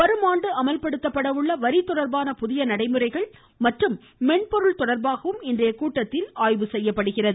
வரும் ஆண்டு அமல்படுத்தப்பட உள்ள வரி தொடர்பான புதிய நடைமுறைகள் மற்றும் மென்பொருள் தொடர்பாகவும் இன்றைய கூட்டத்தில் ஆய்வு செய்யப்படுகிறது